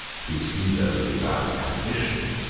two caesars without ambition,